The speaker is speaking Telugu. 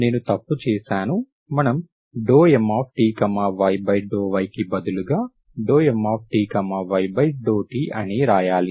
నేను తప్పు చేశాను మనం ∂Mty∂y కి బదులుగా ∂Mty∂t అని రాయాలి